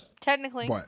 Technically